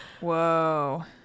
Whoa